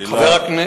חבר הכנסת